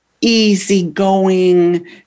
easygoing